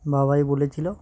বাবাই বলেছিল